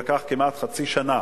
כמעט חצי שנה.